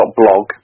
blog